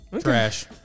Trash